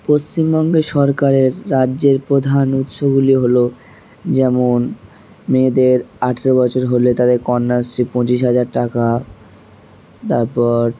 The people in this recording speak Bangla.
পশ্চিমবঙ্গের সরকারের রাজ্যের প্রধান উৎসগুলি হলো যেমন মেয়েদের আঠেরো বছর হলে তাদের কন্যাশ্রী পঁচিশ হাজার টাকা তারপর